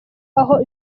aho